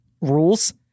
rules